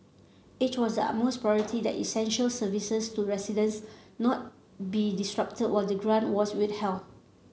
it was the utmost priority that essential services to residents not be disrupted while the grant was withheld